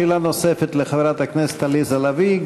שאלה נוספת לחברת הכנסת עליזה לביא.